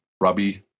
Robbie